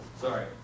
Sorry